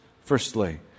Firstly